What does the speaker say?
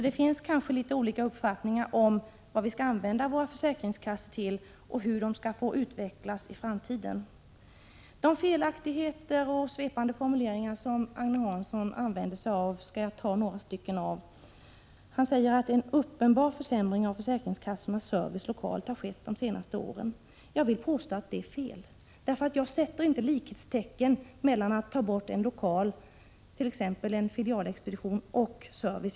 Det finns kanske litet olika uppfattningar om vad vi skall använda våra försäkringskassor till och hur de skall få utvecklas i framtiden. De felaktigheter och svepande formuleringar som Agne Hansson använder sig av skall jag ta några exempel på. Han säger: ”En uppenbar försämring av försäkringskassornas service lokalt har skett de senaste åren.” Jag vill påstå att det är fel. Jag sätter nämligen inte likhetstecken mellan att ta bort ett kontor, t.ex. filialexpedition, och servicen.